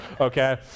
okay